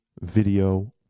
video